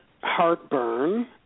heartburn